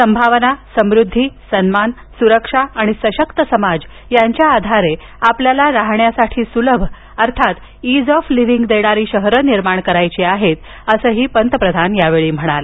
संभावना समृद्धी सन्मान सुरक्षा आणि सशक्त समाज यांच्या आधारे आपल्याला राहण्यासाठी सुलभ ईझ ऑफ लिव्हिंग देणारी शहरे निर्माण करायची आहेत असही पंतप्रधान यावेळी म्हणाले